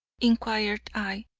inquired i,